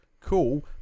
cool